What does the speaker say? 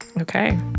Okay